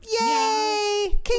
yay